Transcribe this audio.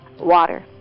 water